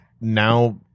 now